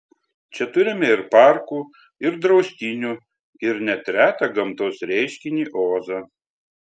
čia turime ir parkų ir draustinių ir net retą gamtos reiškinį ozą